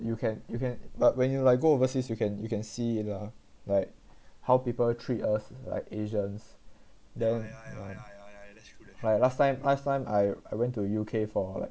you can you can but when you like go overseas you can you can see lah like how people treat us like asians then like last time last time I I went to U_K for like